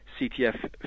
CTF